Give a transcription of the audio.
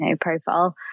profile